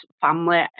family